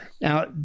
Now